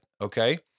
okay